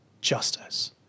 justice